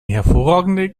hervorragende